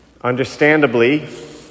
Understandably